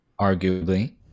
arguably